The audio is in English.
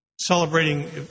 celebrating